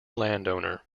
landowner